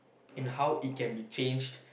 in how it can be changed